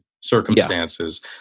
circumstances